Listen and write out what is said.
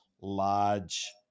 large